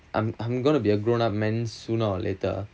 I'm I'm going to be a grown up man sooner or later